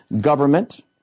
Government